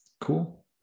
Cool